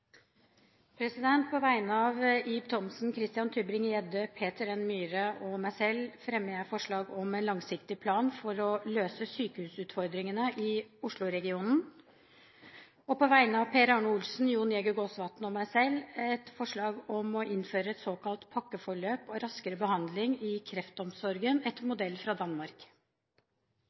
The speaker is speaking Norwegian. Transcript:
På vegne av representantene Ib Thomsen, Christian Tybring-Gjedde, Peter N. Myhre og meg selv fremmer jeg forslag om en langsiktig plan for å løse sykehusutfordringene i Oslo-regionen. På vegne av representantene Per Arne Olsen, Jon Jæger Gåsvatn og meg selv fremmer jeg forslag om å innføre et såkalt «pakkeforløp» og raskere behandling i kreftomsorgen etter modell fra Danmark.